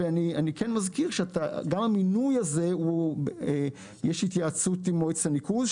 אני כן מזכיר שגם במינוי הזה יש התייעצות עם מועצת הניקוז,